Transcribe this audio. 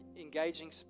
engaging